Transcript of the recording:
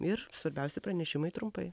ir svarbiausi pranešimai trumpai